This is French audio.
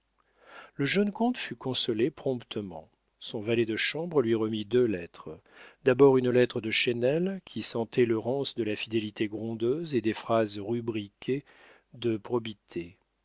le jeune comte fut consolé promptement son valet de chambre lui remit deux lettres d'abord une lettre de chesnel qui sentait le rance de la fidélité grondeuse et des phrases rubriquées de probité